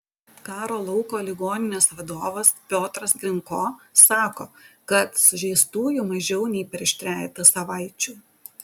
karo lauko ligoninės vadovas piotras grinko sako kad sužeistųjų mažiau nei prieš trejetą savaičių